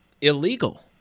illegal